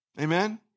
amen